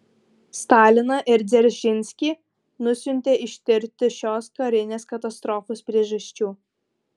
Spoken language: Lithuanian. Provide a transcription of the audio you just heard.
staliną ir dzeržinskį nusiuntė ištirti šios karinės katastrofos priežasčių